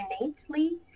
innately